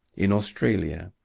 in australia,